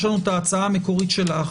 יש לנו את ההצעה המקורית שלך,